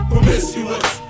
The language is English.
Promiscuous